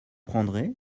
prendrez